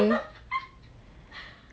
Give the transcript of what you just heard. teruk gila eh